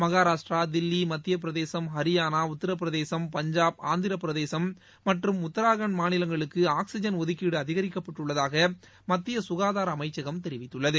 மகாராஷ்ட்ரா தில்லி மத்தியப்பிரதேசம் ஹரியானா உத்தரப்பிரதேசம் பஞ்சாப் ஆந்திரப்பிரதேசம் மற்றும் உத்தரகாண்ட் மாநிலங்களுக்குஆக்சிஜன் ஒதுக்கீடுஅதிகரிக்கப்பட்டுள்ளதாகமத்தியசுகாதாரஅமைச்சகம் தெரிவித்துள்ளது